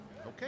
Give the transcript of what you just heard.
Okay